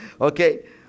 Okay